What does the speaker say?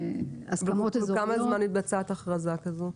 כל כמה זמן מתבצעת הכרזה כזאת?